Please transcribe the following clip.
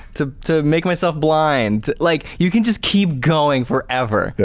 to to make myself blind. like you can just keep going forever.